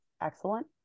excellent